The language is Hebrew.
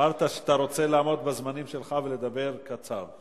אמרת שאתה רוצה לעמוד בזמנים שלך ולדבר קצר.